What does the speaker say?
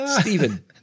Stephen